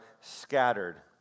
scattered